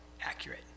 accurate